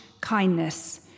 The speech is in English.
kindness